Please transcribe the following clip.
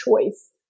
choice